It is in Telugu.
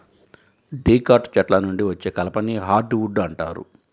డికాట్ చెట్ల నుండి వచ్చే కలపని హార్డ్ వుడ్ అంటారు